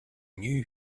knew